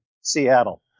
Seattle